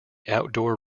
outdoor